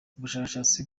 ubushakashatsi